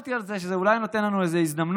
וחשבתי על זה שזה אולי נותן לנו איזו הזדמנות